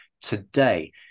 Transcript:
today